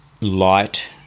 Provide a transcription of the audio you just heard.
light